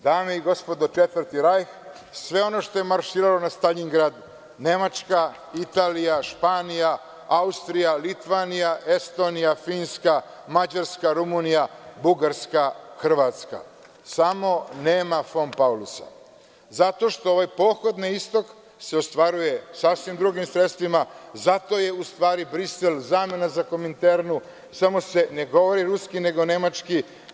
Dame i gospodo - „četvrti Rajh“; sve ono što je marširalo na Staljingrad, Nemačka, Italija, Španija, Estonija, Austrija, Litvanija, Finska, Mađarska, Rumunija, Bugarska, Hrvatska, samo nema Fon Paulusa, zato što ovaj pohod na istok se ostvaruje sasvim drugim sredstvima, zato je u stvari Brisel zamena za „Kominternu“, samo se ne govori ruski nego nemački.